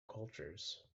cultures